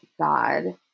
God